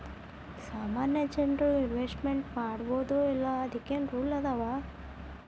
ಸಾಮಾನ್ಯ ಜನ್ರು ಇನ್ವೆಸ್ಟ್ಮೆಂಟ್ ಮಾಡ್ಬೊದೋ ಇಲ್ಲಾ ಅದಕ್ಕೇನ್ ರೂಲ್ಸವ?